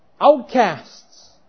outcasts